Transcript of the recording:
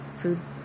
food